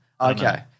Okay